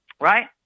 right